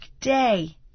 day